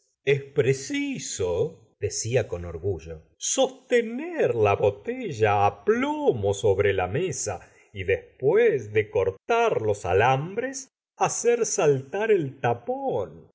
es preciso decia con orgullo sostener la botella á plomo sobre la mesa y después de cortar los alambres hacer saltar el tapón